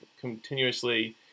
continuously –